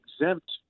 exempt